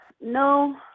No